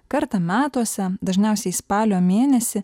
kartą metuose dažniausiai spalio mėnesį